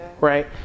right